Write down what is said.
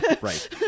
right